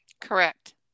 Correct